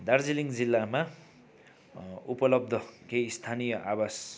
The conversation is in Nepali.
दार्जिलिङ जिल्लामा उपलब्ध केही स्थानीय आवास